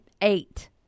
eight